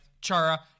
Chara